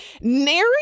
Nary